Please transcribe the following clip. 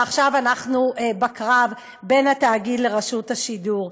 ועכשיו אנחנו בקרב בין התאגיד לרשות השידור.